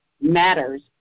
matters